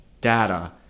data